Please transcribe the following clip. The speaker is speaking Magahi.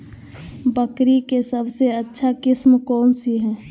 बकरी के सबसे अच्छा किस्म कौन सी है?